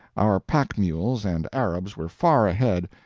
our pack-mules and arabs were far ahead,